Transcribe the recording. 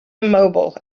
immobile